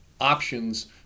options